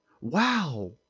Wow